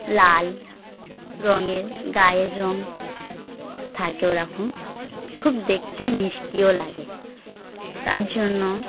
লাল রঙের গায়ের রঙ থাকে ওরকম খুব দেখতে মিষ্টিও লাগে তার জন্য